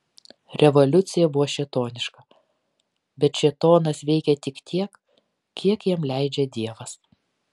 revoliucija buvo šėtoniška bet šėtonas veikia tik tiek kiek jam leidžia dievas